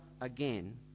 again